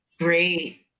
great